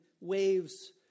waves